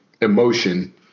emotion